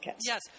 Yes